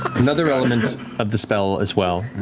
another element of the spell as well,